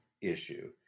issue